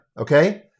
okay